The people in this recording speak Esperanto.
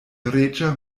reĝa